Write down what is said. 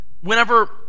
Whenever